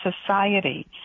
society